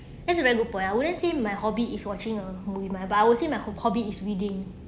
that's a very good point I wouldn't say my hobby is watching uh movie meh my but I will say my hobby is reading